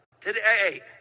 Today